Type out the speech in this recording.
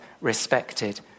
respected